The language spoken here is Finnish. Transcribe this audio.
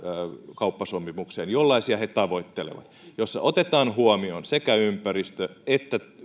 kauppasopimukseen jollaisia he tavoittelevat joissa otetaan huomioon ympäristö